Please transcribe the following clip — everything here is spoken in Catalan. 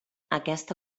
aquesta